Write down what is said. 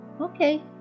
Okay